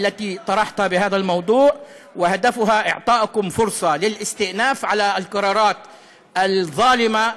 שסבלו מהחלטות הדוקטור שנון והאגף לרישוי מקצועות רפואיים.